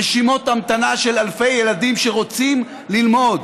רשימות המתנה של אלפי ילדים שרוצים ללמוד,